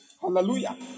Hallelujah